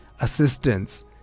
assistance